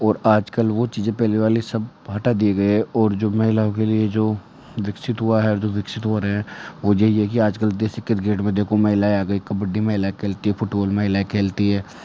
और आज कल वो चीज़ें पहली वाली सब हटा दिए गए हैं ओर जो महिलाओं के लिए जो विकसित हुआ है और जो विकसित हो रहे हैं वजह यह है की आज कल जैसे क्रिकेट में देखो महिलायें आ गई हैं कबड्डी महिलायें खेलती हैं फुटबॉल महिलायें खेलती हैं